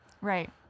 Right